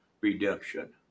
redemption